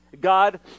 God